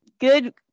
good